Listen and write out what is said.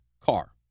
car